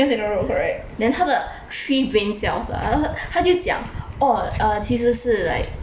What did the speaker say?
then 他的 three brain cells ah 他他就讲 orh err 其实是 like